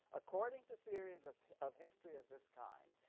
according to theories of of history of this kind,